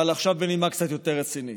אבל עכשיו בנימה קצת יותר רצינית.